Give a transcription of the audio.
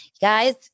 guys